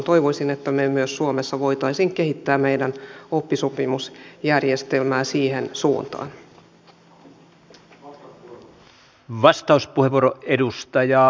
toivoisin että myös me suomessa voisimme kehittää meidän oppisopimusjärjestelmää siihen suuntaan